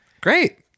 Great